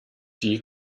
die